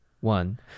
one